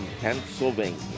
Pennsylvania